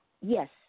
Yes